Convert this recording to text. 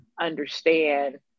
understand